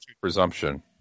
presumption